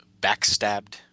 backstabbed